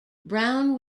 brown